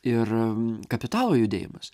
ir kapitalo judėjimas